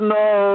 no